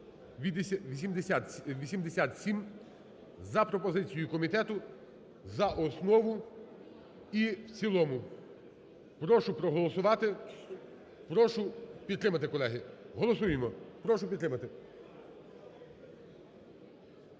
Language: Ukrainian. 5687) за пропозицією комітету за основу і в цілому. Прошу проголосувати. Прошу підтримати, колеги. Голосуємо. Прошу підтримати.